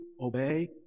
obey